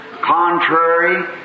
contrary